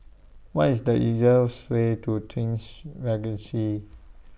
What IS The easiest Way to Twins Regency